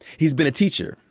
he's been a teacher,